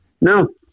No